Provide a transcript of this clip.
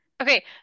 Okay